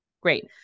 Great